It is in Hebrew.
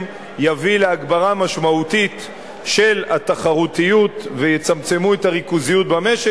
יביא להגברה משמעותית של התחרותיות ולצמצום הריכוזיות במשק,